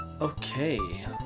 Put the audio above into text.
Okay